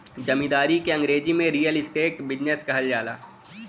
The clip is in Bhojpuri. जमींदारी के अंगरेजी में रीअल इस्टेट बिजनेस कहल जाला